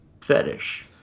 fetish